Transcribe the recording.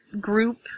group